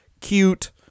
cute